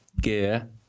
gear